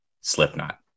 Slipknot